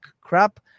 crap